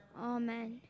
Amen